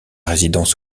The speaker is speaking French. résidence